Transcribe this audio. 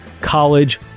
College